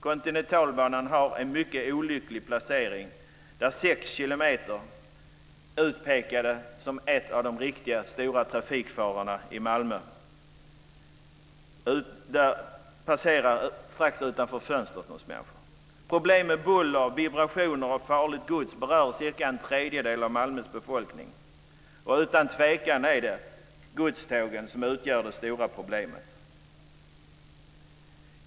Kontinentalbanan har en mycket olycklig placering där sex kilometer av banan - utpekad som en av de stora trafikfarorna i Malmö - passerar strax utanför fönstren där människor bor. Problem med buller, vibrationer och farligt gods berör cirka en tredjedel av Malmös befolkning. Utan tvivel är det godstågen som utgör det stora problemet.